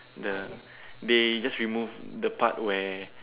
the they just remove the part where